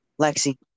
Lexi